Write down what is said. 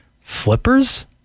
Flippers